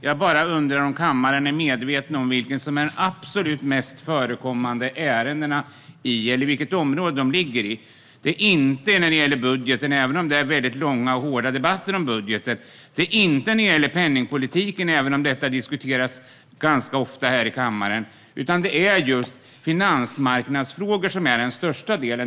Jag bara undrar om kammaren är medveten om inom vilket område de absolut mest förekommande ärendena ligger. Det är inte budgeten, även om det är långa och hårda debatter om budgeten. Det är inte penningpolitiken, även om den diskuteras ganska ofta här i kammaren. Det är just finansmarknadsfrågor som är den största delen.